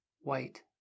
white